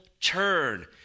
turn